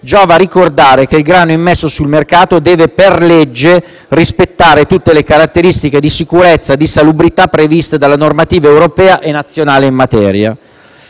giova ricordare che quello immesso sul mercato deve rispettare per legge tutte le caratteristiche di sicurezza e salubrità previste dalla normativa europea e nazionale in materia.